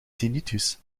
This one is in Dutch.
tinnitus